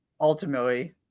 ultimately